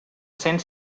cent